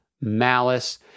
malice